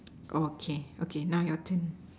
okay okay now your turn